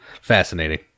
fascinating